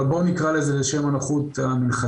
אבל בואו נקרא לזה בשם הנחות "המנחתים".